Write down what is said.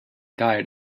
diet